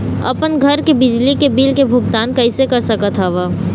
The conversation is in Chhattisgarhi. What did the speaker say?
अपन घर के बिजली के बिल के भुगतान कैसे कर सकत हव?